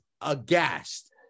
aghast